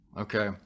Okay